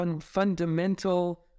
Fundamental